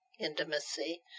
intimacy